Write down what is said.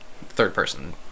third-person